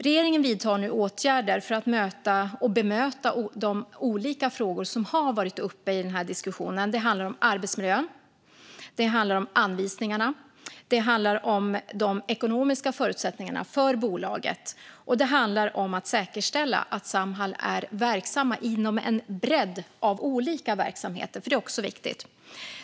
Regeringen vidtar nu åtgärder för att möta detta och bemöta de olika frågor som har varit uppe i den här diskussionen. Det handlar om arbetsmiljön, anvisningarna och de ekonomiska förutsättningarna för bolaget och om att säkerställa att Samhall är verksamt inom en bredd av områden.